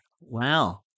Wow